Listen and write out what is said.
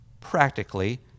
practically